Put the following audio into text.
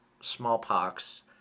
smallpox